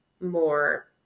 more